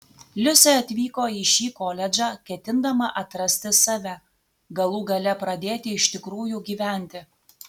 liusė atvyko į šį koledžą ketindama atrasti save galų gale pradėti iš tikrųjų gyventi